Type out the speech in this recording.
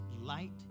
light